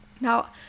Now